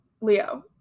Leo